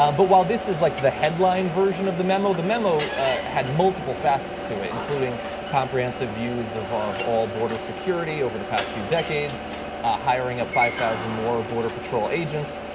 um but while this is like the headline version of the memo, the memo had multiple facets to it including comprehensive views of of all border security over the past few decades, the ah hiring of five thousand more border patrol agents,